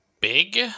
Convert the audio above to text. big